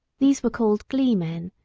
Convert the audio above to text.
these were called gleemen,